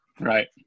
Right